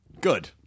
Good